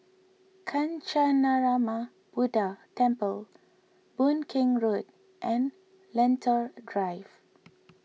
Kancanarama Buddha Temple Boon Keng Road and Lentor Drive